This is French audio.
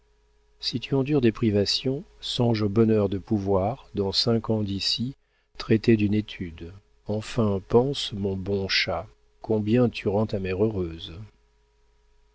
si tu endures des privations songe au bonheur de pouvoir dans cinq ans d'ici traiter d'une étude enfin pense mon bon chat combien tu rends ta mère heureuse